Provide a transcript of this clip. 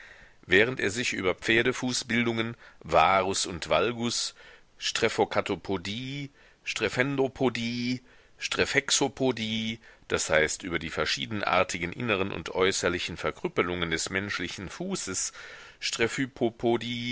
während er sich über pferdefußbildungen varus und valgus strephocatopodie strephendopodie strephexopodie d h über die verschiedenartigen inneren und äußerlichen verkrüppelungen des menschlichen fußes